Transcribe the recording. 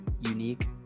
unique